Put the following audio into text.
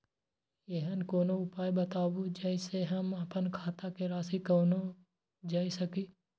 ऐहन कोनो उपाय बताबु जै से हम आपन खाता के राशी कखनो जै सकी?